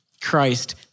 Christ